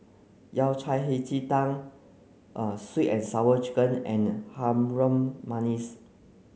Yao Cai Hei Ji Tang sweet and sour chicken and Harum Manis